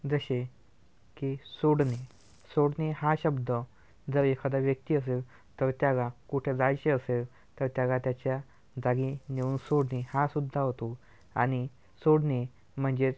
जसे की सोडणे सोडणे हा शब्द जर एखादा व्यक्ती असेल तर त्याला कोठे जायचे असेल तर त्याला त्याच्या जागी नेऊन सोडणे हासुद्धा होतो आणि सोडणे म्हणजेच